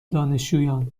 دانشجویان